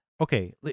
Okay